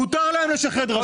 מותר להם לשחד ראש רשות.